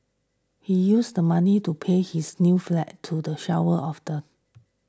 he used the money to pay his new flat to the shower of the